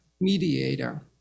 mediator